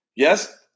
Yes